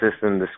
system